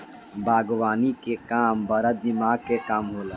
बागवानी के काम बड़ा दिमाग के काम होला